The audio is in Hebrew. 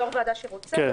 יו"ר ועדה שרוצה,